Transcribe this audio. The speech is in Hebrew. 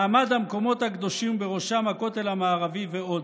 מעמד המקומות הקדושים ובראשם הכותל המערבי ועוד.